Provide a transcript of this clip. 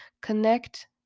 connect